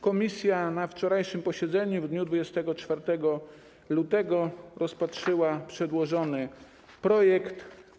Komisja na wczorajszym posiedzeniu w dniu 24 lutego rozpatrzyła przedłożony projekt.